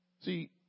See